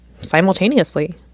simultaneously